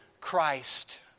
Christ